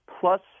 plus